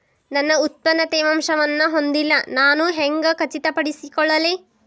ನನ್ನ ಉತ್ಪನ್ನ ತೇವಾಂಶವನ್ನು ಹೊಂದಿಲ್ಲಾ ನಾನು ಹೆಂಗ್ ಖಚಿತಪಡಿಸಿಕೊಳ್ಳಲಿ?